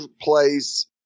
place